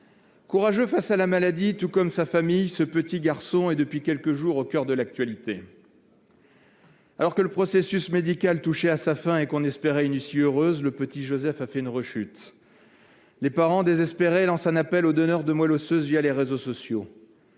Courageux face à la maladie, tout comme sa famille, ce petit garçon est depuis quelques jours au coeur de l'actualité. Alors que le processus médical touchait à sa fin et qu'on espérait une issue heureuse, le petit Joseph a fait une rechute. Les parents, désespérés, lancent un appel aux donneurs de moelle osseuse les réseaux sociaux.